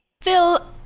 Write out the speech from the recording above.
phil